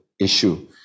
issue